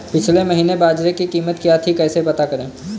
पिछले महीने बाजरे की कीमत क्या थी कैसे पता करें?